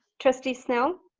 trustee snell.